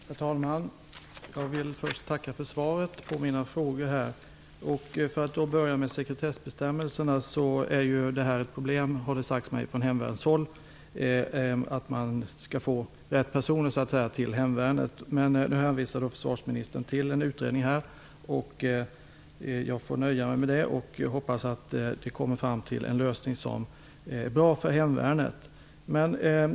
Herr talman! Jag vill först tacka för svaret på mina frågor. Jag skall börja med sekretessbestäm melserna. Det har sagts mig från hemvärnshåll att dessa utgör ett problem när det gäller att få rätt personer till hemvärnet. Nu hänvisar försvarsmi nistern till en utredning, och jag får nöja mig med det. Jag hoppas att man kommer fram till en lös ning som är bra för hemvärnet.